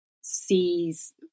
sees